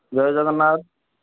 Jay Jagannath